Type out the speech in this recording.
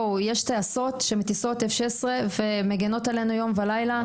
יש טייסות שמטיסות 16F ומגנות עלינו יום ולילה.